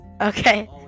Okay